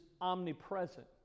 omnipresent